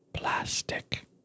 Plastic